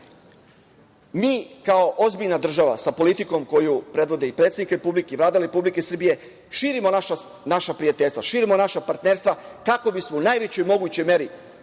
ozbiljna država sa politikom koju predvodi predsednik Republike i Vlada Republike Srbije širimo naša prijateljstva, širimo naša partnerstva kako bismo u najvećoj mogućoj meri